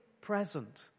present